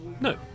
No